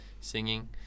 singing